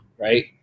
Right